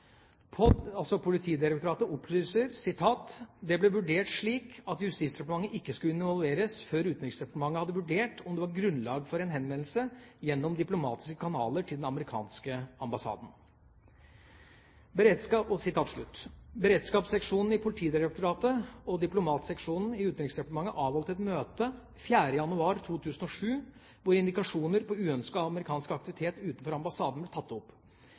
altså Politidirektoratet, opplyser: «Det ble vurdert slik at JD ikke skulle involveres før UD hadde vurdert om det var grunnlag for en henvendelse gjennom diplomatiske kanaler til Den amerikanske ambassaden.» Beredskapsseksjonen i Politidirektoratet og Diplomatseksjonen i Utenriksdepartementet avholdt et møte 4. januar 2007, hvor indikasjoner på uønsket amerikansk aktivitet utenfor ambassaden ble tatt opp.